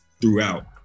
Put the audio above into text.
throughout